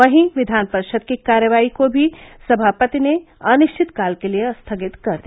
वहीं विधान परिषद की कार्यवाही को भी सभापति ने अनिश्चितकाल के लिये स्थगित कर दिया